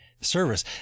service